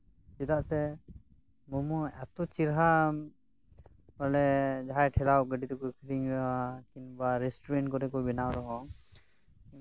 ᱪᱮᱫᱟᱜ ᱥᱮ ᱢᱳᱢᱳ ᱮᱛᱚ ᱪᱮᱨᱦᱟ ᱵᱚᱞᱮ ᱡᱟᱦᱟᱸᱭ ᱴᱷᱮᱞᱟᱣ ᱜᱟ ᱰᱤ ᱛᱮᱠᱚ ᱟᱠᱷᱨᱤᱧ ᱫᱟ ᱠᱤᱝᱵᱟ ᱨᱮᱥᱴᱩᱨᱮᱱᱴ ᱠᱚᱨᱮ ᱠᱚ ᱵᱮᱱᱟᱣ ᱨᱮᱦᱚᱸ